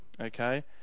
Okay